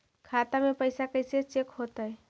खाता में पैसा कैसे चेक हो तै?